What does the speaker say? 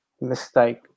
mistake